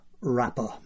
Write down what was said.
Rapper